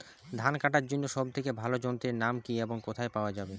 ধান কাটার জন্য সব থেকে ভালো যন্ত্রের নাম কি এবং কোথায় পাওয়া যাবে?